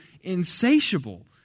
insatiable